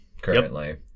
currently